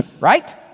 Right